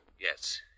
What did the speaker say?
Yes